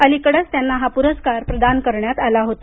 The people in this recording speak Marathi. अलीकडेच त्यांना हा पुरस्कार प्रदान करण्यात आला होता